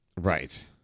Right